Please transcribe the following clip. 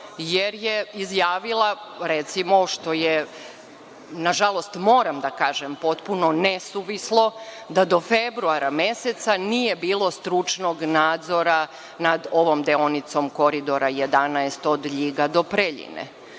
jer je izjavila, recimo što je, nažalost, moram da kažem, potpuno nesuvislo, da do februara meseca nije bilo stručnog nadzora nad ovom deonicom Koridora 11 od Ljiga do Preljine.